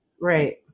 Right